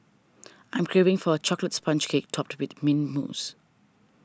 I am craving for a Chocolate Sponge Cake Topped with Mint Mousse